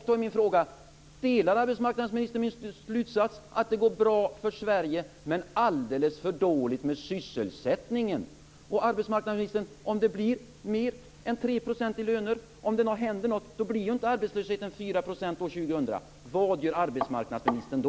Då är min fråga: Delar arbetsmarknadsministern min slutsats att det går bra för Sverige men alldeles för dåligt med sysselsättningen? Om det blir mer än 3 % höjning av lönerna och det händer någonting så att arbetslösheten är högre än 4 % år 2000, vad gör arbetsmarknadsministern då?